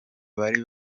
bari